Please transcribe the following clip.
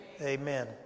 Amen